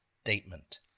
statement